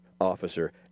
officer